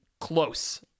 close